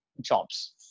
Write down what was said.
jobs